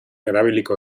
erabiliko